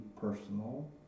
personal